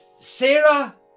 Sarah